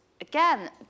again